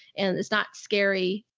and it's not scary.